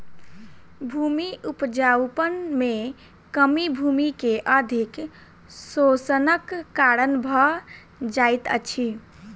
भूमि उपजाऊपन में कमी भूमि के अधिक शोषणक कारण भ जाइत अछि